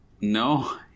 No